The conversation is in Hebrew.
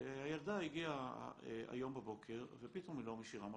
שהילדה הגיעה היום בבוקר ופתאום היא לא מישירה מבט,